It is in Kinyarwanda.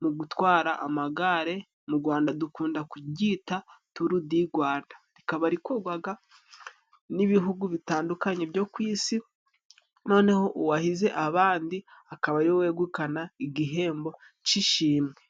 mu gutwara amagare mu Gwanda dukunda kujyita turu di Gwanda, rikaba rikorwaga n'ibihugu bitandukanye byo ku isi, noneho uwahize abandi akaba ariwe wegukana igihembo c'ishimwe.